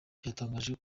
byatangajwe